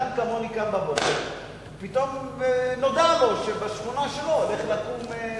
אני מדבר על אדם כמוני שקם בבוקר ופתאום נודע לו שבשכונה שלו הולך לקום,